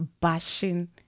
bashing